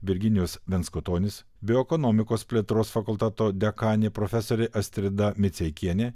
virginijus venskutonis bioekonomikos plėtros fakulteto dekanė profesorė astrida miceikienė